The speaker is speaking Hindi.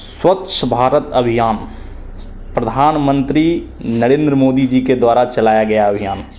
स्वच्छ भारत अभियान प्रधानमंत्री नरेंद्र मोदी जी के द्वारा चलाया गया अभियान